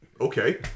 Okay